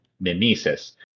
Mimesis